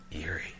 eerie